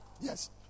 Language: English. Yes